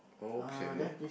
okay